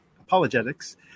apologetics